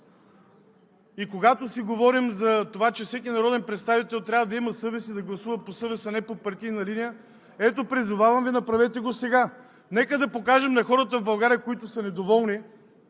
Когато си говорим, че всеки народен представител трябва да има съвест и да гласува по съвест, а не по партийна линия – ето, призовавам Ви, направете го сега! Нека да покажем на хората в България, които са недоволни